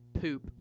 poop